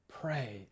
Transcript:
pray